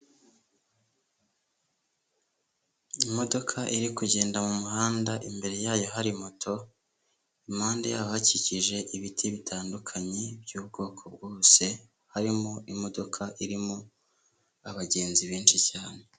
Imodoka iri kugenda mu muhanda, imbere yayo hari moto, impande yaho hahakikije ibiti bitandukanye by'ubwoko bwose, harimo imodoka irimo abagenzi benshi cyane.